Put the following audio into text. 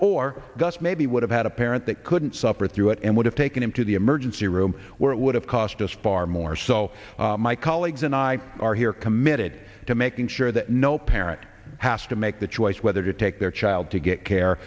just maybe would have had a parent that couldn't suffer through it and would have taken him to the emergency room where it would have cost us far more so my colleagues and i are here committed to making sure that no parent has to make the choice whether to take their child to get care